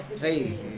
Hey